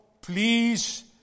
please